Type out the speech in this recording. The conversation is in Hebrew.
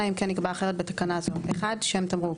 אלא אם כן נקבע אחרת בתקנה זו: (1) שם התמרוק,